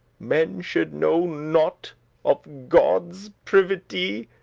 men should know nought of godde's privity.